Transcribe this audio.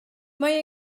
mae